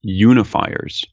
unifiers